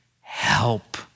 Help